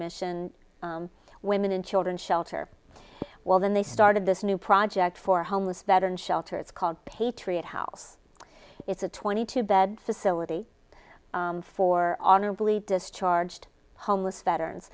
mission women and children shelter well then they started this new project for homeless veterans shelter it's called patriot house it's a twenty two bed facility for honorably discharged homeless veterans